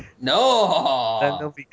No